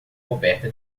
coberta